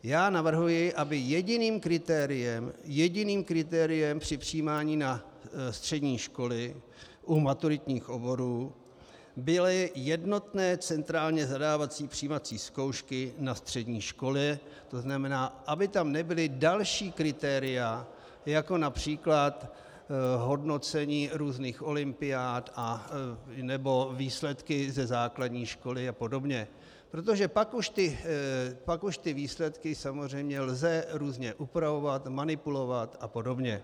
Já navrhuji, aby jediným kritériem, jediným kritériem při přijímání na střední školy u maturitních oborů byly jednotné centrálně zadávací přijímací zkoušky na střední školy, to znamená, aby tam nebyla další kritéria, jako například hodnocení různých olympiád nebo výsledky ze základní školy apod., protože pak už ty výsledky lze samozřejmě různě upravovat, manipulovat apod.